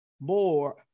More